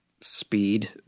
speed